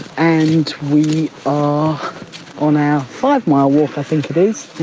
and we are on our five mile walk, i think it is,